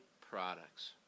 products